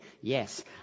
yes